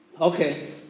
Okay